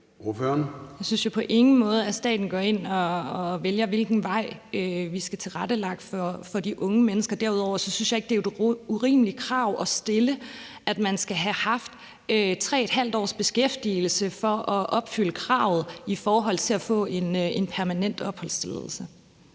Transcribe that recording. Jeg synes jo på ingen måde, at staten går ind og vælger, hvilken vej vi skal tilrettelægge for de unge mennesker. Derudover synes jeg ikke, det er et urimeligt krav at stille, at man skal have haft 3½ års beskæftigelse for at opfylde kravet i forhold til at få en permanent opholdstilladelse.